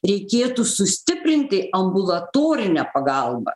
reikėtų sustiprinti ambulatorinę pagalbą